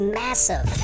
massive